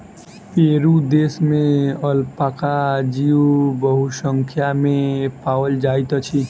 Peru देश में alpaca जीव बहुसंख्या में पाओल जाइत अछि